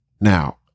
now